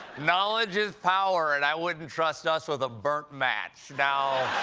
knowledge is power, and i wouldn't trust us with a burnt match. now,